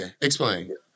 explain